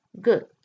good